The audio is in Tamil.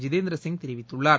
ஜிதேந்திர சிங் தெரிவித்துள்ளார்